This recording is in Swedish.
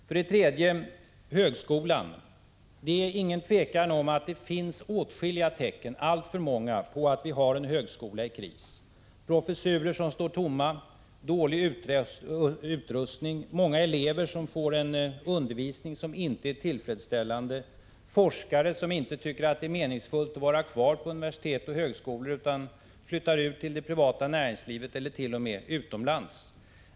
För det tredje: Det är inget tvivel om att det finns åtskilliga tecken — alltför många — på att vi har en högskola i kris: professurer som står tomma, dålig utrustning, många elever som får en undervisning som inte är tillfredsställande, forskare som tycker att det inte är meningsfullt att vara kvar på universitet och högskolor utan ger sig ut i det privata näringslivet eller t.o.m. flyttar utomlands.